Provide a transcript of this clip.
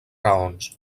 raons